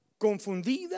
confundida